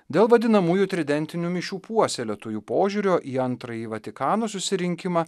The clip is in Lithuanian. dėl vadinamųjų tridentinių mišių puoselėtojų požiūrio į antrąjį vatikano susirinkimą